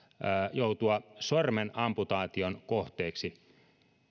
joutua sormen amputaation kohteeksi